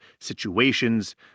situations